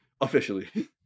officially